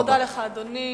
אני מודה לך, אדוני.